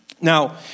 now